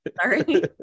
Sorry